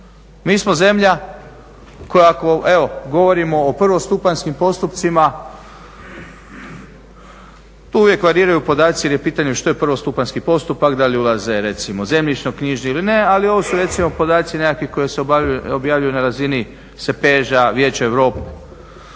Mi smo zemlja koja, evo ako govorimo o prvostupanjskim postupcima, tu uvijek variraju podaci jer je pitanje što je prvostupanjski postupak, da li ulaze recimo zemljišnoknjižni ili ne, ali ovo su recimo podaci nekakvi koji se objavljuju na razini sepeža Vijeća Europe.